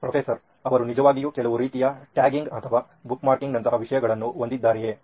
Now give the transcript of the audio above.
professor ಅವರು ನಿಜವಾಗಿಯೂ ಕೆಲವು ರೀತಿಯ ಟ್ಯಾಗಿಂಗ್ ಅಥವಾ ಬುಕ್ಮಾರ್ಕಿಂಗ್ ನಂತ ವಿಷಯಗಳನ್ನು ಹೊಂದಿದ್ದಾರೆಯೇ